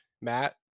Matt